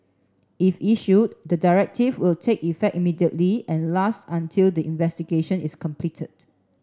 if issued the directive will take effect immediately and last until the investigation is completed